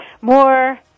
more